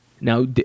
Now